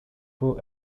who